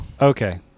Okay